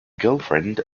girlfriend